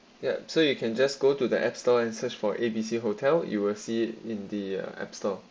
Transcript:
yup so you can just go to the app store and search for A B C hotel you will see in the uh app store